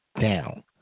down